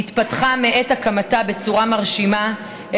התפתחה מעת הקמתה בצורה מרשימה,